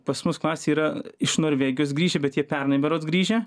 pas mus klasėj yra iš norvegijos grįžę bet jie pernai berods grįžę